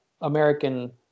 American